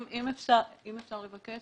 אם אפשר לבקש,